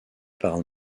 par